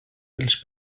els